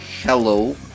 Hello